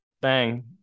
bang